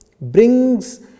brings